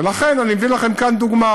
לכן אני מביא לכם כאן דוגמה,